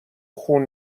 خون